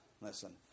Listen